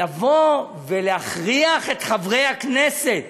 לבוא ולהכריח את חברי הכנסת